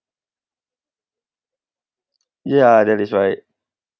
ya that is right